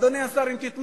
אני אשמח שיהיה ול"ל.